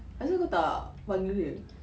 asal kau tak panggil dia